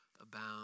abound